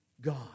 God